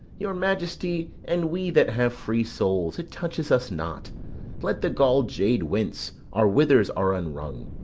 your majesty, and we that have free souls, it touches us not let the gall'd jade wince our withers are unwrung.